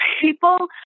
people